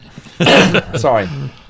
Sorry